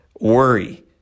Worry